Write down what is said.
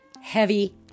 heavy